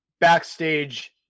backstage